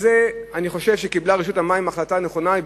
על זה אני חושב שרשות המים קיבלה החלטה נכונה.